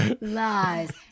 lies